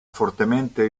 fortemente